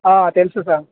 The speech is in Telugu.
తెలుసు సార్